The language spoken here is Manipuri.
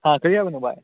ꯍꯥ ꯀꯔꯤ ꯍꯥꯏꯕꯅꯣ ꯚꯥꯏ